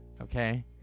Okay